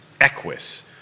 Equus